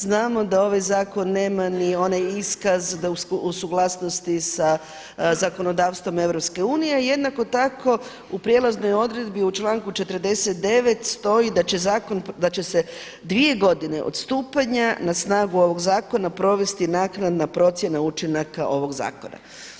Znamo da ovaj zakon nema ni onaj iskaz da u suglasnosti sa zakonodavstvom EU, a jednako tako u prijelaznoj odredbi u članku 49. stoji da će zakon, da će dvije godine od stupanja na snagu ovog zakona provesti naknadna procjena učinaka ovog zakona.